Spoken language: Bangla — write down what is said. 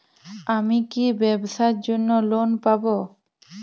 আমি কি ব্যবসার জন্য লোন পাব?